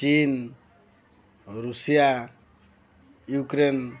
Chin Russia Ukraine